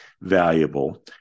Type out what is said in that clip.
valuable